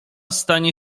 stanie